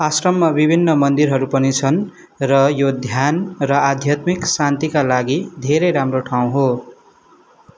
आश्रममा विभिन्न मन्दिरहरू पनि छन् र यो ध्यान र आध्यात्मिक शान्तिका लागि धेरै राम्रो ठाउँ हो